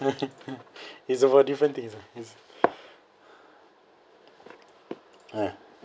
it's about different things ah ah